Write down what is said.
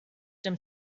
them